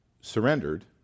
surrendered